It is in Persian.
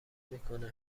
میکنه